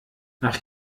nach